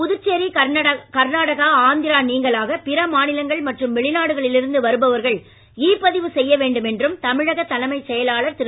புதுச்சேரி கர்நாடகா ஆந்திரா நீங்கலாக பிற மாநிலங்கள் மற்றும் வெளிநாடுகளில் இருந்து வருபவர்கள் இ பதிவு செய்ய வேண்டும் என்றும் தமிழக தலைமைச் செயலாளர் திரு